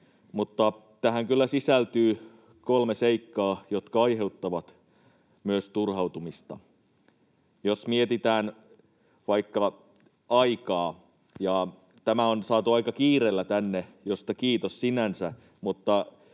tähän kyllä sisältyy kolme seikkaa, jotka aiheuttavat myös turhautumista. Jos mietitään vaikka aikaa: Tämä on saatu aika kiireellä tänne, mistä kiitos sinänsä, mutta